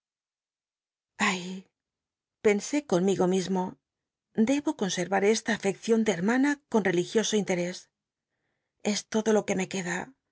pensó conmigo mismo debo conscryar esta afcccion de hermana con religioso irfterés es todo lo que me queda